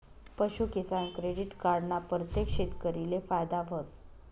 पशूकिसान credit card ना परतेक शेतकरीले फायदा व्हस